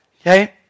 Okay